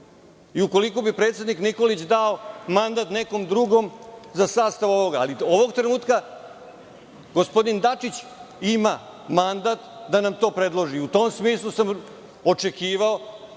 i ukoliko bi predsednik Nikolić dao mandat nekom drugom za sastav ovoga, ali ovog trenutka gospodin Dačić ima mandat da nam to predloži. U tom smislu sam očekivao